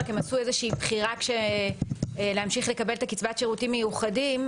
והם עשו איזושהי בחירה כדי להמשיך לקבל את קצבת השירותים המיוחדים.